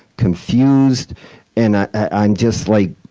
confused and i'm just like,